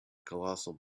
colossal